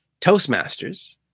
Toastmasters